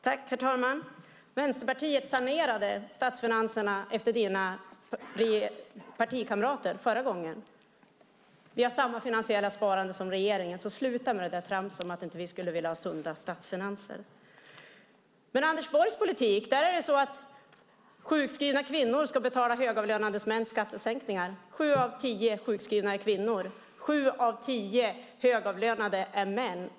Herr talman! Vänsterpartiet sanerade statsfinanserna efter dina partikamrater förra gången, och vi har samma finansiella sparande som regeringen. Sluta med tramset om att vi inte skulle vilja ha sunda statsfinanser! Med Anders Borgs politik ska sjukskrivna kvinnor betala högavlönade mäns skattesänkningar. Sju av tio sjukskrivna är kvinnor. Sju av tio högavlönade är män.